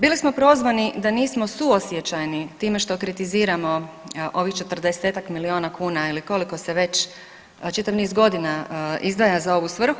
Bili smo prozvani da nismo suosjećajni time što kritiziramo ovih 40-tak milijuna kuna ili koliko se već čitav niz godina izdvaja za ovu svrhu.